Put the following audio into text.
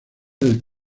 del